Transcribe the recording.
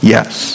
Yes